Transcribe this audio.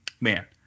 man